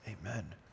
Amen